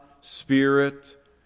spirit